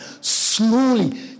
slowly